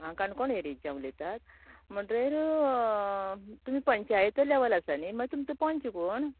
आं काणकोण एरियेंतल्यान उलयतात म्हणटगीर तुमी पंचायत लेवल आसा न्ही तुमचो पंच कोण